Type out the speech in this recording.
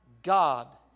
God